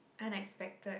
unexpected